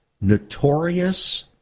notorious